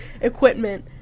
equipment